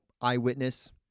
eyewitness